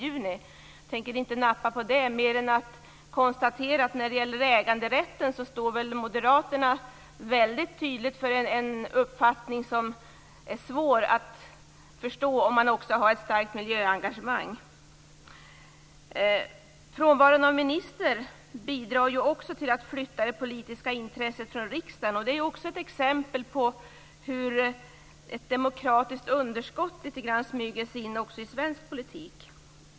Jag tänker inte nappa på det mer än att konstatera att när det gäller äganderätten står väl Moderaterna väldigt tydligt för en uppfattning som är svår att förstå om man också har ett starkt miljöengagemang. Frånvaron av ministern bidrar också till att flytta det politiska intresset från riksdagen, vilket också är ett exempel på hur ett demokratiskt underskott litet grand smyger sig in också i svensk politik.